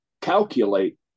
calculate